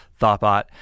ThoughtBot